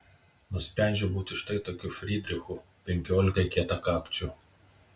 nusprendžiau būti štai tokiu frydrichu penkiolikai kietakakčių